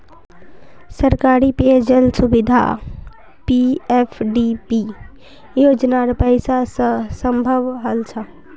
सरकारी पेय जल सुविधा पीएफडीपी योजनार पैसा स संभव हल छ